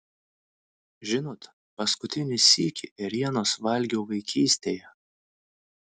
žinot paskutinį sykį ėrienos valgiau vaikystėje